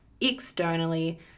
externally